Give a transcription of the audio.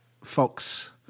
Fox